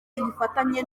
kizafatanya